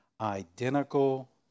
identical